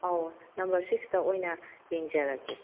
ꯑꯧ ꯅꯝꯕꯔ ꯁꯤꯛꯁꯇ ꯑꯣꯏꯅ ꯌꯦꯡꯖꯔꯒꯦ